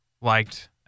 liked